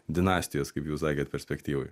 dinastijos kaip jūs sakėt perspektyvoj